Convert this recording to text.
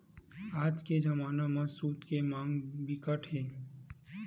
आज के जमाना म सूत के मांग बिकट हे